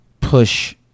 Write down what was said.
push